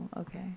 okay